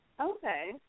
Okay